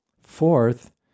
fourth